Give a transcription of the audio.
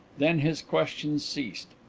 then his questions ceased.